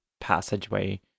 passageway